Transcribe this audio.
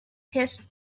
his